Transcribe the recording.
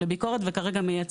על סדר-היום: